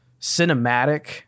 cinematic